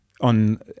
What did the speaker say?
on